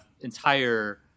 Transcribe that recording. entire